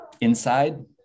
inside